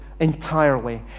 Entirely